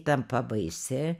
tampa baisi